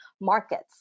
markets